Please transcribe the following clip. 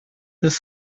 this